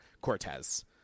Cortez